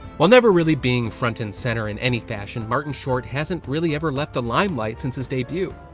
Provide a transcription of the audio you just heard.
while never really being front and center in any fashion, martin short hasn't really ever left the limelight since his debut.